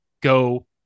go